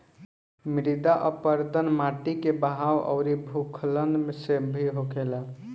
मृदा अपरदन माटी के बहाव अउरी भूखलन से भी होखेला